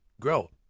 grow